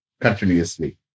continuously